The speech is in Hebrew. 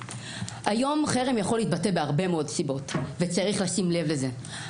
היום חרם יכול להתבטא מהרבה סיבות וצריך לשים לב לזה.